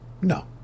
No